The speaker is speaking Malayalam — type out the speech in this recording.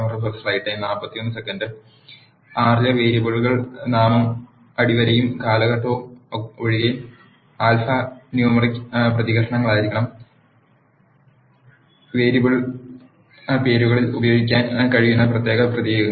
R ലെ വേരിയബിൾ നാമം അടിവരയും കാലഘട്ടവും ഒഴികെ ആൽഫാന്യൂമെറിക് പ്രതീകങ്ങളായിരിക്കണം വേരിയബിൾ പേരുകളിൽ ഉപയോഗിക്കാൻ കഴിയുന്ന പ്രത്യേക പ്രതീകങ്ങൾ